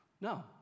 No